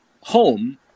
home